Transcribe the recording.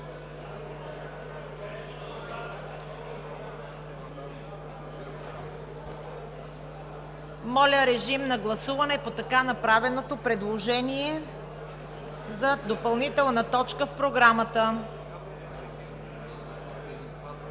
Моля, режим на гласуване по така направеното предложение за допълнителна точка в Програмата.